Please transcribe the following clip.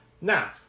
Now